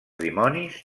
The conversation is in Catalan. dimonis